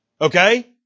Okay